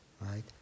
right